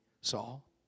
Saul